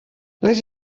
les